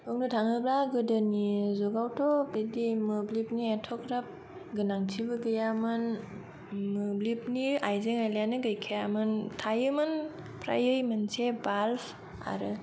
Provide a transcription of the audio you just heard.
बुंनो थाङोब्ला गोदोनि जुगावथ' बिदि मोब्लिबनि एथग्राफ गोनांथिबो गैयामोन मोब्लिबनि आइजें आइलायानो गैखायामोन थायोमोन फ्रायै मोनसे बालब आरो